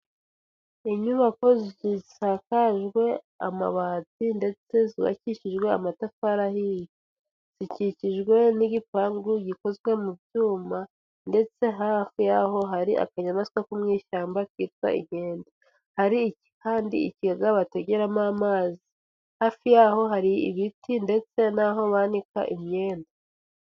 Inyubako zisakajwe amabati ndetse zubakishijwe amatafari ahiye, zikikijwe n'igipangu gikozwe mu byuma ndetse hafi yaho hari akanyamanswa ko mu ishyamba kitwa hari inkende, hari kandi ikigega bategeramo amazi, hafi yaho hari ibiti ndetse n'aho bananika imyenda.